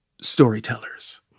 storytellers